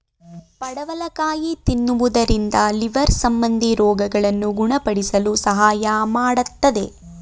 ಪಡವಲಕಾಯಿ ತಿನ್ನುವುದರಿಂದ ಲಿವರ್ ಸಂಬಂಧಿ ರೋಗಗಳನ್ನು ಗುಣಪಡಿಸಲು ಸಹಾಯ ಮಾಡತ್ತದೆ